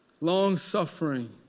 Long-suffering